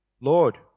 Lord